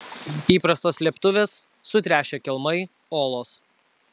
įprastos slėptuvės sutręšę kelmai olos